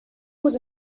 was